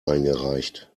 eingereicht